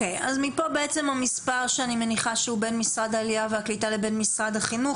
מכאן המספר שאני מניחה שהוא בין משרד העלייה לבין משרד החינוך,